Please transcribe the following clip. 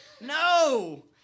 No